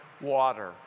water